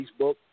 Facebook